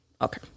Okay